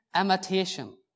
imitation